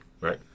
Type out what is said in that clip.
Right